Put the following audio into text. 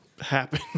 happen